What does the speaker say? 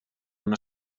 una